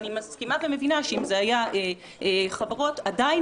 אני מסכימה ומבינה שאם זה היה חברות עדיין